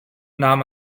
nahm